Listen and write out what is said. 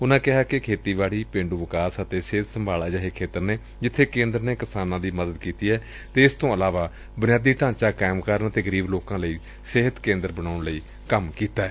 ਉਨੂਾਂ ਕਿਹਾ ਕਿ ਖੇਤੀਬਾੜੀ ਪੇਂਡੁ ਵਿਕਾਸ ਅਤੇ ਸਿਹਤ ਸੰਭਾਲ ਅਜਿਹੇ ਖੇਤਰ ਨੇ ਜਿੱਥੇ ਕੇਂਦਰ ਸਰਕਾਰ ਨੇ ਕਿਸਾਨਾਂ ਦੀ ਮਦਦ ਕੀਤੀ ਏ ਅਤੇ ਇਸ ਤੋਂ ਇਲਾਵਾ ਬੁਨਿਆਦੀ ਢਾਂਚਾ ਕਾਇਮ ਕਰਨ ਤੇ ਗਰੀਬ ਲੋਕਾਂ ਲਈ ਸਿਹਤ ਕੇਂਦਰ ਬਣਾਉਣ ਲਈ ਕੰਮ ਕੀਤੈ